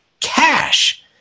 cash